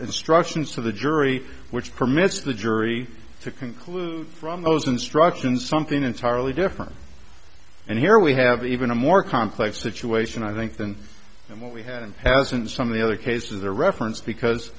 instructions to the jury which permits the jury to conclude from those instructions something entirely different and here we have even a more complex situation i think than what we had and hasn't some of the other cases are referenced because